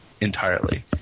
entirely